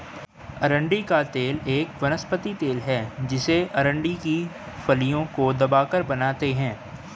अरंडी का तेल एक वनस्पति तेल है जिसे अरंडी की फलियों को दबाकर बनाते है